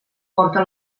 porta